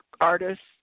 artists